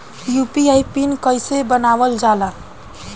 UPI PIN कइसे बनावल जाला?